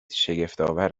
شگفتآور